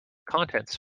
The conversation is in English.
contents